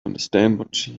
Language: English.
understand